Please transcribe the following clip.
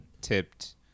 tipped